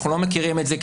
אנחנו לא מכירים את זה.